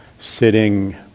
sitting